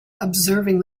observing